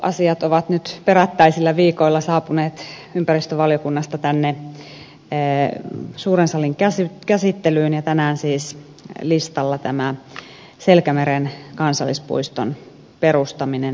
kansallispuistoasiat ovat nyt perättäisillä viikoilla saapuneet ympäristövaliokunnasta tänne suuren salin käsittelyyn ja tänään siis listalla tämä selkämeren kansallispuiston perustaminen